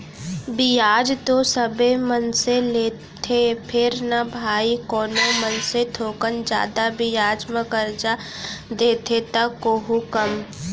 बियाज तो सबे मनसे लेथें फेर न भाई कोनो मनसे थोकन जादा बियाज म करजा देथे त कोहूँ कम